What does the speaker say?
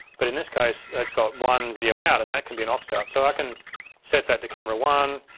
but in this case it's got one video out and that can be an ah aux out. so i can set that to camera one,